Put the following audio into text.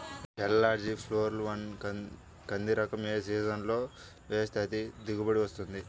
LRG four one కంది రకం ఏ సీజన్లో వేస్తె అధిక దిగుబడి వస్తుంది?